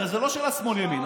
הרי זו לא שאלה של שמאל וימין.